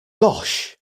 gosh